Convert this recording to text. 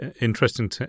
interesting